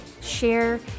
share